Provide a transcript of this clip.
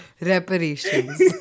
Reparations